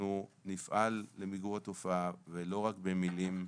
אנחנו נפעל למיגור התופעה ולא רק במילים,